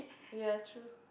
ya true